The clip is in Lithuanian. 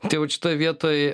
tai vat šitoj vietoj